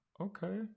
okay